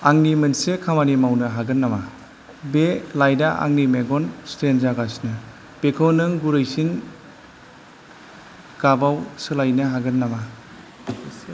आंनि मोनसे खामानि मावनो हागोन नामा बे लाइटया आंनि मेगन स्ट्रैन जागासिनो बेखौ नों गुरैसिन गाबाव सोलायनो हागोन नामा